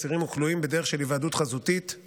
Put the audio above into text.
אסירים וכלואים בדרך של היוועדות חזותית,